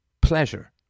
pleasure